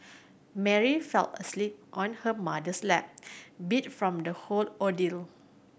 Mary fell asleep on her mother's lap beat from the whole ordeal